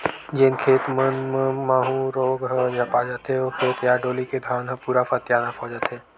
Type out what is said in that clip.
जेन खेत मन म माहूँ रोग ह झपा जथे, ओ खेत या डोली के धान ह पूरा सत्यानास हो जथे